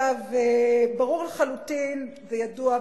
ברור לחלוטין וידוע,